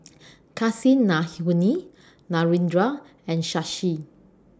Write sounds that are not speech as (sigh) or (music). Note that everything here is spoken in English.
(noise) Kasinadhuni Narendra and Shashi